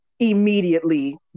immediately